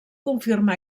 confirma